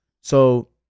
So-